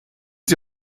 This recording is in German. sie